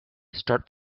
start